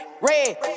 red